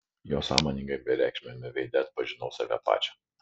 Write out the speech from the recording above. jo sąmoningai bereikšmiame veide atpažinau save pačią